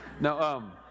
No